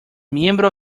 miembro